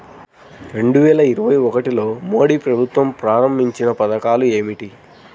రెండు వేల ఇరవై ఒకటిలో మోడీ ప్రభుత్వం ప్రారంభించిన పథకాలు ఏమిటీ?